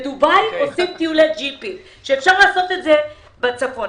בדובאי עושים טיולי ג'יפים וזה כשאפשר לעשות את זה בצפון.